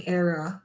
era